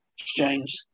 exchange